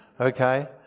Okay